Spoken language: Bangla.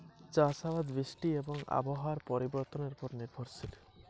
চাষ আবাদ বৃষ্টি এবং আবহাওয়ার পরিবর্তনের উপর নির্ভরশীল